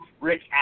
Rick